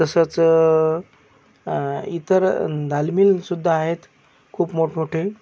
तसंच इतर दाल मिलसुद्धा आहेत खूप मोठमोठे